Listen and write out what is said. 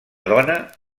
dona